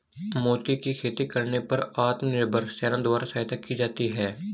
मोती की खेती करने पर आत्मनिर्भर सेना द्वारा सहायता की जाती है